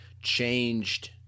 changed